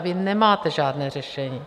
Vy nemáte žádné řešení.